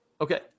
Okay